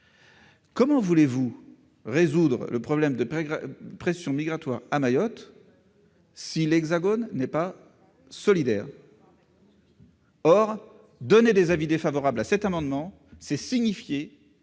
Comment voulez-vous résoudre le problème de la pression migratoire à Mayotte si l'Hexagone n'est pas solidaire ? Or émettre des avis défavorables sur cet amendement, c'est signifier